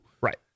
Right